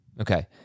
Okay